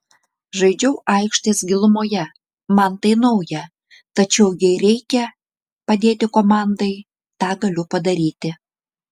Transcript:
žaidžiau aikštės gilumoje man tai nauja tačiau jei reikia padėti komandai tą galiu padaryti